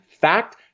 fact